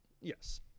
Yes